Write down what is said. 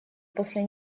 после